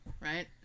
right